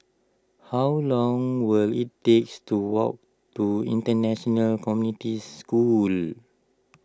how long will it take to walk to International Community School